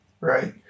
Right